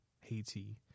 Haiti